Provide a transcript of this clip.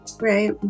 Right